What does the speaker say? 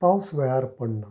पावस वेळार पडना